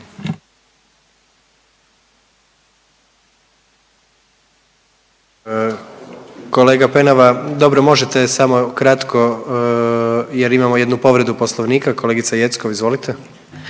Kolega Penava dobro možete samo kratko jer imamo jednu povredu Poslovnika. Kolegice Jeckov, izvolite.